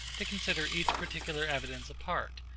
to consider each particular evidence apart,